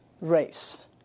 race